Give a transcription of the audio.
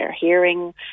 hearing